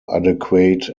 adequate